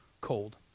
cold